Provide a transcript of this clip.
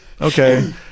okay